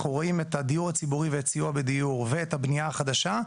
אנחנו רואים את הדיור הציבורי ואת הסיוע בדיור ואת הבנייה החדשה,